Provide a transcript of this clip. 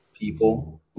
people